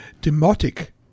Demotic